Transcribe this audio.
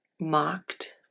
mocked